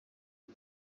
uwo